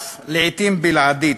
ולעתים אף בלעדית,